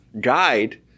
guide